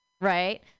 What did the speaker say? right